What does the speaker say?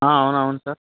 అవునవును సార్